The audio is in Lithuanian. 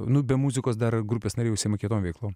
nu be muzikos dar grupės nariai užsiima kitom veiklom